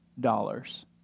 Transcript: dollars